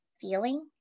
feeling